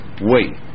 Wait